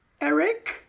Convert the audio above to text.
Eric